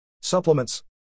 Supplements